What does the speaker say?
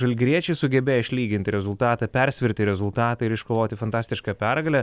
žalgiriečiai sugebėjo išlyginti rezultatą persverti rezultatą ir iškovoti fantastišką pergalę